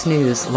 News